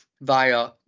via